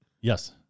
Yes